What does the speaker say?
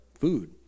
food